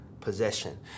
possession